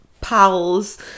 pals